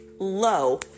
Low